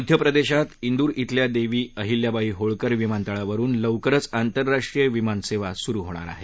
मध्य प्रदेशात व्रि खिल्या देवी अहिल्याबाई होळकर विमानतळावरुन लवकरच आंतरराष्ट्रीय विमान सेवा सुरु होणार आहे